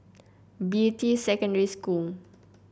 Beatty Secondary School